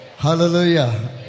Hallelujah